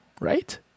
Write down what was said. right